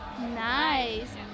Nice